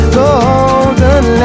golden